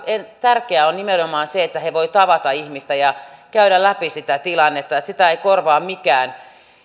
tärkeää on nimenomaan se että he voivat tavata ihmistä ja käydä läpi sitä tilannetta että sitä ei korvaa mikään